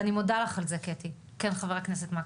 ואני מודה לך על זה קטי, כן חבר הכנסת מקלב.